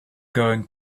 going